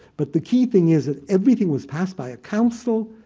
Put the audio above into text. but the key thing is that everything was passed by a council,